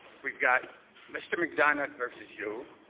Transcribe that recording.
we've got mr. mcdonough vs. you,